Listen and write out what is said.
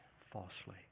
falsely